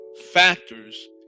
Factors